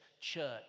church